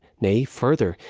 nay, further,